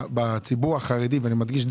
בציבור החרדי ואני מדגיש את זה